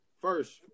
first